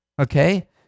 Okay